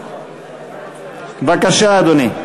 בבקשה, אדוני.